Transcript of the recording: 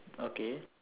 okay